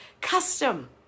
custom